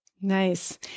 Nice